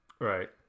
Right